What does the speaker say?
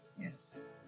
Yes